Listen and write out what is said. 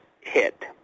hit